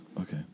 Okay